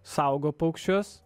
saugo paukščius